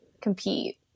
compete